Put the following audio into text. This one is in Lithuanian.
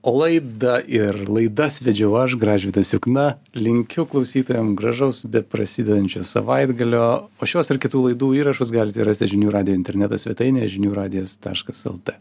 o laidą ir laidas vedžiau aš gražvydas jukna linkiu klausytojam gražaus beprasidedančią savaitgalio o šios ir kitų laidų įrašus galite rasti žinių radijo interneto svetainėje žinių radijas taškas lt